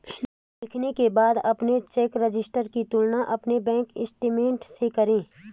लिखने के बाद अपने चेक रजिस्टर की तुलना अपने बैंक स्टेटमेंट से करें